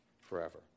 forever